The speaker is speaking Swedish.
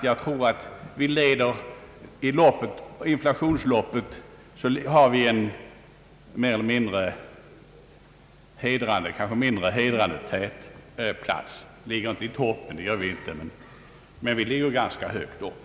Jag tror att vi i inflationsloppet har en mindre hedrande plats, inte i toppen men ganska högt upp.